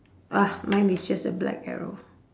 ah mine is just a black arrow